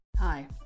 Hi